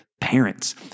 parents